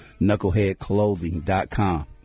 knuckleheadclothing.com